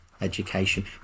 education